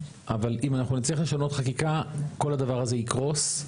אבל אם אנחנו נצטרך לשנות חקיקה כל הדבר הזה יקרוס.